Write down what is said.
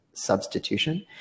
substitution